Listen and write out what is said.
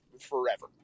forever